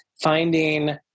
finding